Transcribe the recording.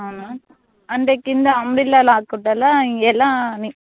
అవునా అంటే కింద అంబ్రెల్లాలాగ కుట్టాల ఎలా అని